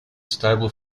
stable